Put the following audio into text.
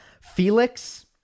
Felix